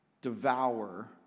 devour